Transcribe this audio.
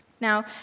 Now